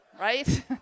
right